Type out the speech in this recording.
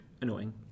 annoying